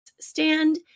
stand